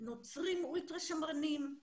נוצרים אולטרה שמרנים,